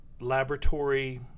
laboratory